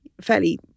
fairly